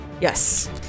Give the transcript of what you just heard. Yes